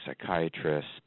psychiatrist